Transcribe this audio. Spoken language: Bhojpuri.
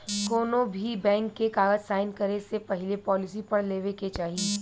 कौनोभी बैंक के कागज़ साइन करे से पहले पॉलिसी पढ़ लेवे के चाही